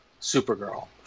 Supergirl